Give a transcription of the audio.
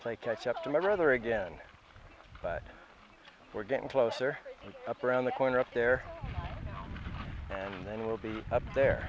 play catch up to my brother again but we're getting closer up around the corner up there and then we'll be up there